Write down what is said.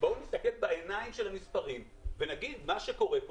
בואו נסתכל בעיניים של המספרים ונגיד שמה שקורה כאן,